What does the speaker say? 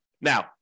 Now